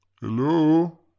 Hello